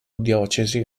diocesi